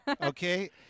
Okay